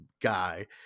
guy